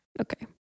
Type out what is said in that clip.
Okay